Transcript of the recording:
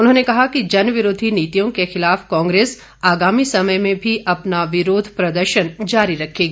उन्होंने कहा कि जन विरोधी नितियों के खिलाफ कांग्रेस आगामी समय में भी अपना विरोध प्रदर्शन जारी रखेगी